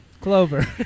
Clover